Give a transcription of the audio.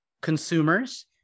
consumers